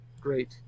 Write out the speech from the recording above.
Great